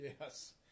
Yes